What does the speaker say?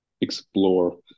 explore